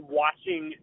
watching